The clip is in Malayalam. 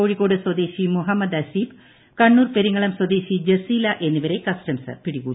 കോഴിക്കോട് ്ല്ലദേശി മുഹമ്മദ് അസീബ് കണ്ണൂർ പെരിങ്ങളം സ്വദേശ്രി ജ്സീല എന്നിവരെ കസ്റ്റംസ് പിടികൂടി